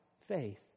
faith